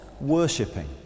worshipping